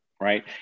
right